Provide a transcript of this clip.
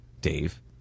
Dave